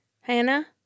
Hannah